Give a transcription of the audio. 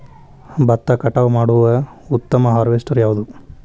ಭತ್ತ ಕಟಾವು ಮಾಡುವ ಉತ್ತಮ ಹಾರ್ವೇಸ್ಟರ್ ಯಾವುದು?